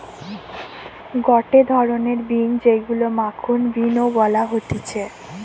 গটে ধরণের বিন যেইগুলো মাখন বিন ও বলা হতিছে